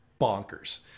bonkers